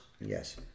Yes